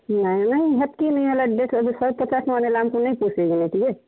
ନାଇଁ ନାଇଁ ହେତ୍କି ନାଇଁ ହେଲେ ଶହେ ପଚାଶ ଟଙ୍କା ନେଲେ ଆମ୍କୁ ନାଇଁ ପୋଷେଇବ ନା ଟିକେ